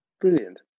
brilliant